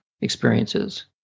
experiences